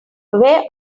where